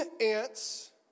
ants